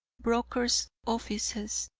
brokers' offices,